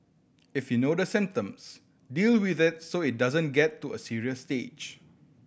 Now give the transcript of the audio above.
if you know the symptoms deal with it so that it doesn't get to a serious stage